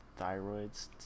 thyroids